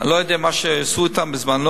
אני לא יודע מה עשו אתם בזמנו,